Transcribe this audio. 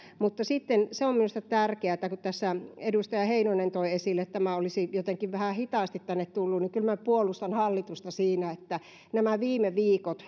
mutta sitten se on minusta tärkeätä kun tässä edustaja heinonen toi esille että tämä olisi jotenkin vähän hitaasti tänne tullut niin kyllä minä puolustan hallitusta siinä että nämä viime viikot